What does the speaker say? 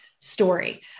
story